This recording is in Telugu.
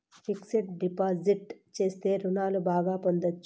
ఫిక్స్డ్ డిపాజిట్ చేస్తే రుణాలు బాగా పొందొచ్చు